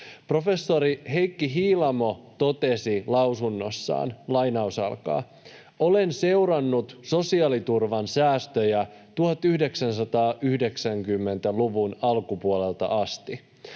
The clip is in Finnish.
Professori Heikki Hiilamo totesi lausunnossaan: ”Olen seurannut sosiaaliturvan säästöjä 1990-luvun alkupuolelta asti.